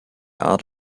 art